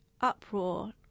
uproar